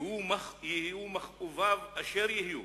יהיו מכאוביו אשר יהיו,